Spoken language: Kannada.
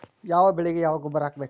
ಯಾವ ಬೆಳಿಗೆ ಯಾವ ಗೊಬ್ಬರ ಹಾಕ್ಬೇಕ್?